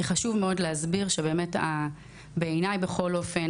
כי חשוב מאוד להסביר שבאמת בעיניי בכל אופן